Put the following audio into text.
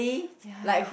ya